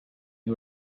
you